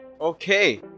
okay